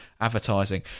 advertising